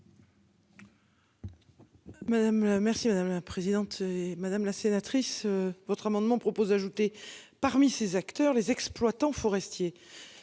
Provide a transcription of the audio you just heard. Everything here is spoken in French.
Merci madame la présidente, madame la sénatrice. Votre amendement propose ajouter parmi ces acteurs les exploitants forestiers.